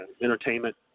entertainment